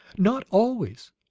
not always.